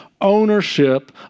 ownership